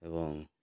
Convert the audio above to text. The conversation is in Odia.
ଏବଂ